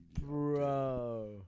bro